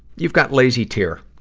you've got lazy tear.